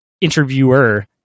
interviewer